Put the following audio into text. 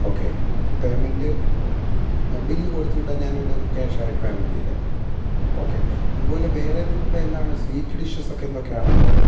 okay payment bill കൊടുത്തുവിട്ടാൽ ഞാൻ ഇവിടെ നിന്ന് ക്യാഷ് ആയിട്ട് പെയ്മെൻ്റ് ചെയ്തേക്കാം ഓക്കേ അതുപോലെ വേറെ നിങ്ങളുടെ എന്താണ് സ്വീറ്റ് ഡിഷസ് ഒക്കെ എന്തൊക്കെയാണ് ഉള്ളത്